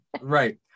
Right